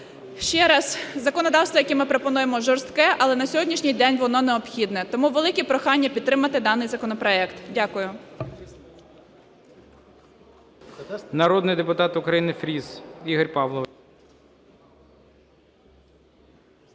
Ще раз, законодавство, яке ми пропонуємо, жорстке, але на сьогоднішній день воно необхідне. Тому велике прохання підтримати даний законопроект. Дякую.